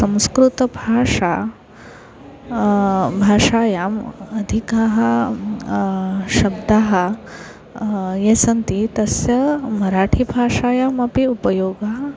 संस्कृतभाषा भाषायाम् अधिकाः शब्दाः ये सन्ति तस्य मराठिभाषायामपि उपयोगः